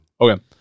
Okay